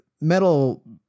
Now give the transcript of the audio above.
metal